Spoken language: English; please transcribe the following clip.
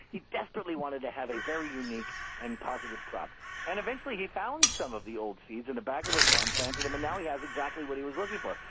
he desperately wanted to have a very unique and positive crop and eventually he found some of the old seeds in the back of his barn, planted them, and now he has exactly what he was looking for.